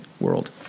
world